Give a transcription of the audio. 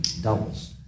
Doubles